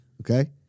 Okay